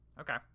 Okay